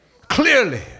Clearly